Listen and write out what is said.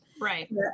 Right